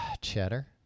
Cheddar